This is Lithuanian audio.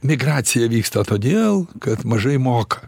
migracija vyksta todėl kad mažai moka